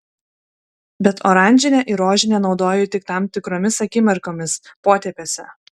bet oranžinę ir rožinę naudoju tik tam tikromis akimirkomis potėpiuose